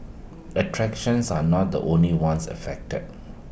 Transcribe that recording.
attractions are not the only ones affected